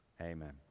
Amen